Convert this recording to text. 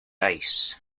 ice